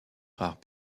rares